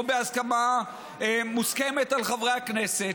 או בהסכמה מוסכמת על חברי הכנסת,